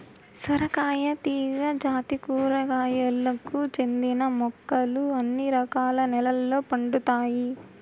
సొరకాయ తీగ జాతి కూరగాయలకు చెందిన మొక్కలు అన్ని రకాల నెలల్లో పండుతాయి